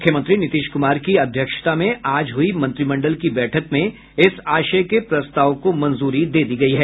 मुख्यमंत्री नीतीश कुमार की अध्यक्षता में आज हुई मंत्रिमंडल की बैठक में इस आशय के प्रस्ताव को मंजूरी दे दी गयी है